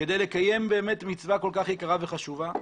כדי לקיים מצווה כל כך יקרה וחשובה.